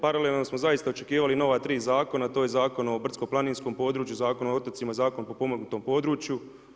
Paralelno smo zaista očekivali nova tri zakona, to je Zakon o brdsko-planinskom području, Zakon o otocima, Zakon o potpomognutom području.